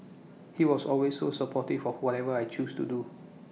he was always so supportive for whatever I choose to do